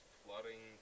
flooding